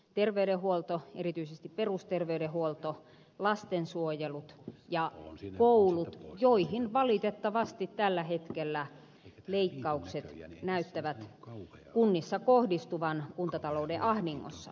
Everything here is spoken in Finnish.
terveydenhuolto erityisesti perusterveydenhuolto lastensuojelu ja koulut joihin valitettavasti tällä hetkellä leikkaukset näyttävät kunnissa kohdistuvan kuntatalouden ahdingossa